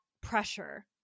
pressure